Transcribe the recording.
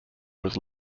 was